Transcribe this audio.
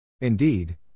Indeed